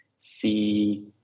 see